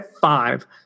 five